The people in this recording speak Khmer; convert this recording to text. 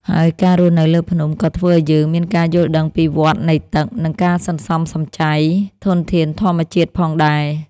ហើយការរស់នៅលើភ្នំ ក៏ធ្វើឲ្យយើងមានការយល់ដឹងពីវដ្តនៃទឹក និងការសន្សំសំចៃធនធានធម្មជាតិផងដែរ។